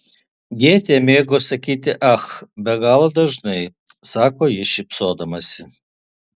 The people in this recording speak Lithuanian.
gėtė mėgo sakyti ach be galo dažnai sako ji šypsodamasi